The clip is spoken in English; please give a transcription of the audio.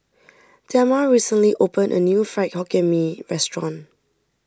Dema recently opened a new Fried Hokkien Mee restaurant